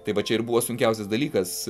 tai va čia ir buvo sunkiausias dalykas